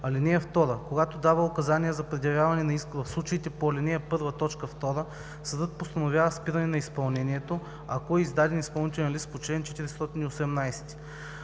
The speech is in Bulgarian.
(2) Когато дава указания за предявяване на иск в случаите по ал. 1, т. 2, съдът постановява спиране на изпълнението, ако е издаден изпълнителен лист по чл. 418.